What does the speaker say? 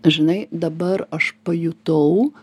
žinai dabar aš pajutau